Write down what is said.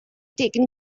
taken